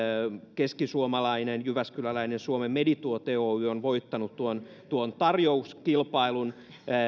keskisuomalainen jyväskyläläinen suomen medituote oy on voittanut tuon tuon tarjouskilpailun